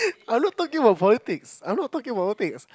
I'm not talking about politics I'm not talking about politics